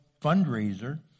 fundraiser